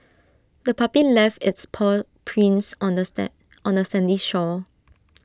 the puppy left its paw prints on the Sam on the sandy shore